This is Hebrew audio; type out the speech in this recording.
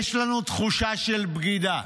"'יש לנו תחושה של בגידה.